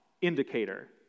indicator